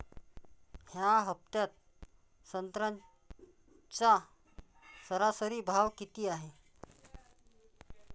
या हफ्त्यात संत्र्याचा सरासरी भाव किती हाये?